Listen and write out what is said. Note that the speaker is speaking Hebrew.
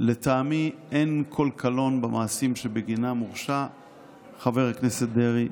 לטעמי אין כל קלון במעשים שבגינם הורשע חבר הכנסת דרעי.